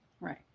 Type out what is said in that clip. right